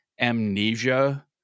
amnesia